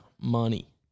Money